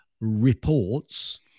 reports